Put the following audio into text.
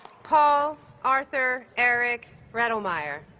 paul arthur eric redelmeier